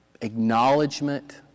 acknowledgement